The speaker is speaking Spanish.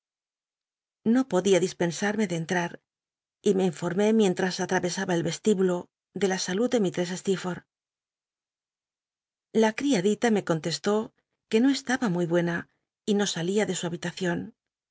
no podía tlispensa nne de cntrar y me informé mientras atraresaba el restibulo de la salud de mistress steerforth la criadila me contestó que no eslaba mu y buena y no salia ele su